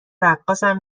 رقاصم